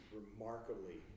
remarkably